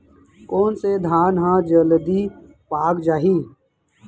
कोन से धान ह जलदी पाक जाही?